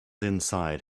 inside